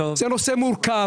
זה נושא מורכב,